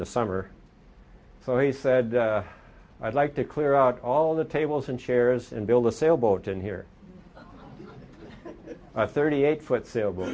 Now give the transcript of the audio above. the summer so he said i'd like to clear out all the tables and chairs and build a sailboat in here thirty eight foot sailboat